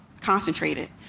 concentrated